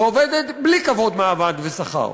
ועובדת בלי כבוד, מעמד ושכר.